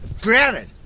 Granted